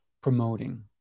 promoting